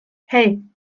hei